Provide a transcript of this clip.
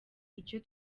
icyo